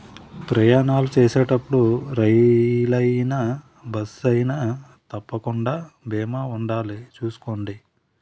ప్రయాణాలు చేసేటప్పుడు రైలయినా, బస్సయినా తప్పకుండా బీమా ఉండాలి చూసుకోండి